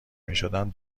میشدند